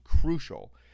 crucial